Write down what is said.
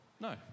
no